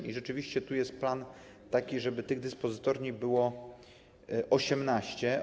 I rzeczywiście tu jest plan taki, żeby tych dyspozytorni było 18.